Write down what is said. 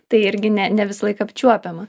tai irgi ne ne visąlaik apčiuopiama